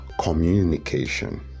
Communication